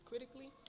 Critically